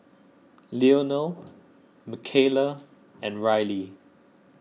Leonel Micayla and Riley